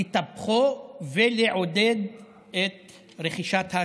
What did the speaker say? לטפחו ולעודד את רכישת ההשכלה,